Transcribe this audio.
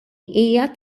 hija